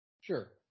Sure